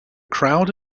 crowd